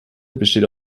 besteht